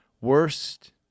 Worst